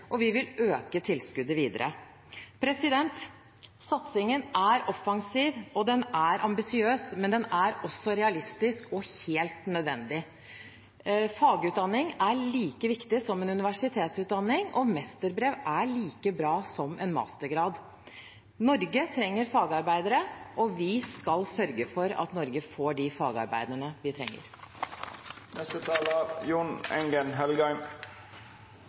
og vi vil øke tilskuddet videre. Satsingen er offensiv, og den er ambisiøs, men den er også realistisk og helt nødvendig. Fagutdanning er like viktig som en universitetsutdanning, og mesterbrev er like bra som en mastergrad. Norge trenger fagarbeidere, og vi skal sørge for at Norge får de fagarbeiderne vi trenger.